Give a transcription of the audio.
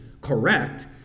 correct